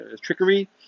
trickery